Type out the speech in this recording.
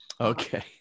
Okay